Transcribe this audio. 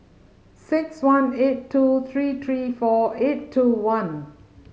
six one eight two three three four eight two one